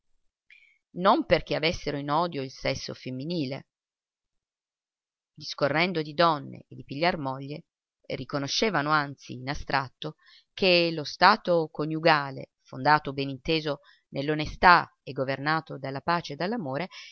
non perché avessero in odio il sesso femminile discorrendo di donne e di pigliar moglie riconoscevano anzi in astratto che lo stato coniugale